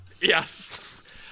yes